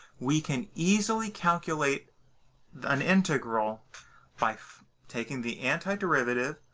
we can easily calculate an integral by taking the antiderivative,